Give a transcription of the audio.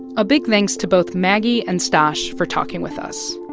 a big thanks to both maggie and stosh for talking with us.